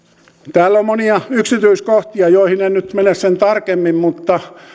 täällä on monia yksityiskohtia joihin en nyt mene sen tarkemmin mutta